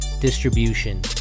distribution